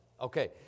Okay